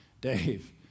Dave